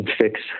Fix